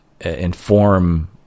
inform